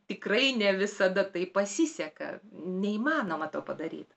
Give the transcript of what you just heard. tikrai ne visada tai pasiseka neįmanoma to padaryt